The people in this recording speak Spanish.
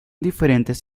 diferentes